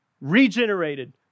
regenerated